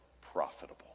profitable